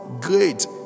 great